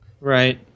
Right